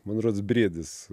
man rodos briedis